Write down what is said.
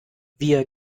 wir